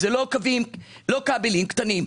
לא כבלים קטנים,